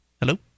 Hello